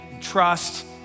trust